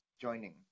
joining